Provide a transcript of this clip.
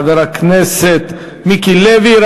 חבר הכנסת מיקי לוי.